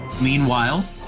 Meanwhile